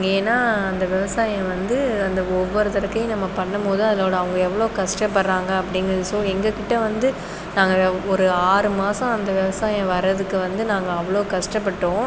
ஏன்னால் அந்த விவசாயம் வந்து அந்த ஒவ்வொரு தடக்கையும் நம்ம பண்ணும்போது அதோடய அவங்க எவ்வளோ கஷ்டப்படுகிறாங்க அப்படிங்கு சோ எங்ககிட்டே வந்து நாங்கள் ஒரு ஆறு மாசம் அந்த விவசாயம் வரதுக்கு வந்து நாங்கள் அவ்வளோ கஷ்டப்பட்டோம்